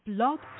blog